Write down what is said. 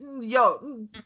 yo